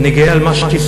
אני גאה על מה שהשגנו,